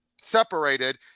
separated